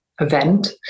event